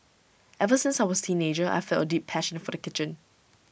ever since I was teenager I felt A deep passion for the kitchen